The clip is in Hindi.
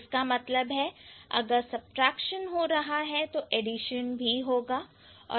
इसका मतलब है कि अगर सबट्रैक्शन हो रहा है तो एडिशन भी होगा